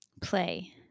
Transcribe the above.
play